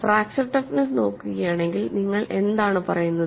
fracture toughness നോക്കുകയാണെങ്കിൽ നിങ്ങൾ എന്താണ് പറയുന്നത്